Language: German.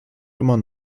immer